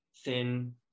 thin